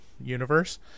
universe